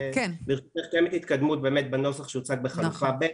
קיימת התקדמות באמת בנוסח שהוצג בחלופה ב'.